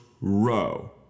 row